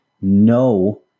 no